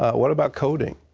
what about coding?